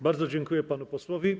Bardzo dziękuję panu posłowi.